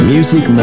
Music